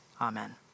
amen